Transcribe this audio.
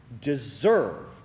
deserve